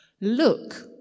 look